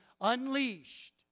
unleashed